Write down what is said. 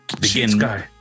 begin